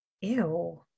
Ew